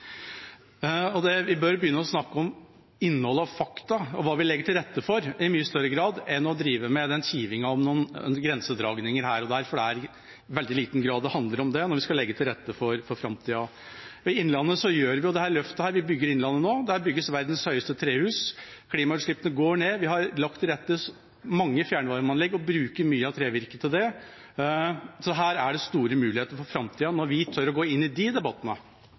Vi bør begynne å snakke om innhold og fakta og hva vi legger til rette for, i mye større i grad enn å drive med den kivingen om noen grensedragninger her og der, for det handler i veldig liten grad om det når vi skal legge til rette for framtida. I Innlandet gjør vi dette løftet. Vi bygger Innlandet nå. Der bygges landets høyeste trehus. Klimagassutslippene går ned. Vi har lagt til rette for mange fjernvarmeanlegg og bruker mye av trevirket til det. Så det er store muligheter for framtida når vi tør å gå inn i de debattene.